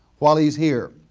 while he's here,